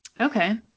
okay